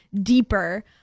Deeper